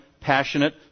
passionate